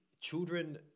children